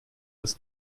das